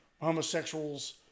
homosexuals